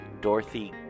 Dorothy